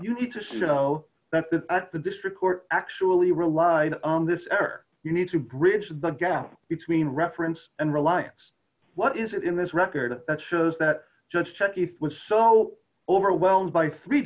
you need to know that the at the district court actually relied on this error you need to bridge the gap between reference and reliance what is it in this record that shows that just check if it was so overwhelmed by three